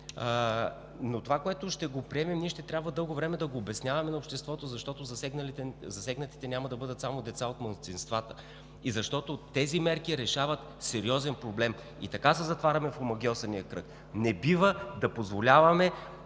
Това, което ще приемем, ще трябва дълго време да го обясняваме на обществото, защото засегнатите няма да бъдат само деца от малцинствата и защото тези мерки решават сериозен проблем и така се затваряме в омагьосания кръг. Не бива да позволяваме